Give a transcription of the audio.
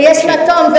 ויש מקום,